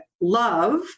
love